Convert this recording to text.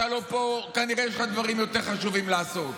אתה לא פה, כנראה יש לך דברים יותר חשובים לעשות.